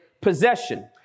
possession